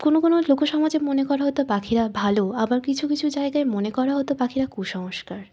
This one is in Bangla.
কোনো কোনো লোকসমাজে মনে করা হতো পাখিরা ভালো আবার কিছু কিছু জায়গায় মনে করা হতো পাখিরা কুসংস্কার